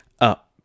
up